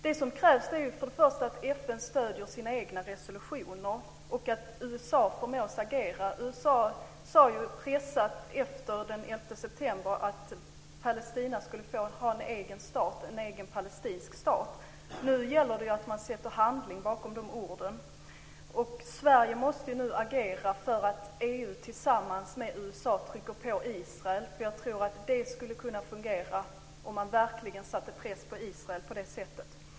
Det som krävs är att FN lever efter sina egna resolutioner och att USA förmås agera. USA sade pressat efter den 11 september att Palestina skulle ha en egen stat - en egen palestinsk stat. Nu gäller det att sätta handling bakom de orden. Sverige måste agera för att EU tillsammans med USA ska trycka på Israel. Jag tror att det skulle kunna fungera om man verkligen satte press på Israel på det sättet.